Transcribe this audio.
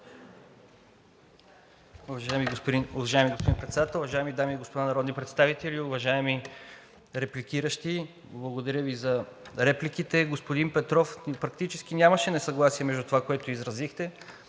Уважаеми господин Председател, уважаеми дами и господа народни представители! Уважаеми репликиращи, благодаря Ви за репликите. Господин Петров, практически нямаше несъгласие между онова, което изразихте,